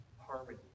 harmony